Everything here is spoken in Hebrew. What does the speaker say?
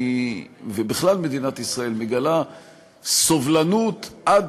ובכלל מדינת ישראל מגלה סובלנות עד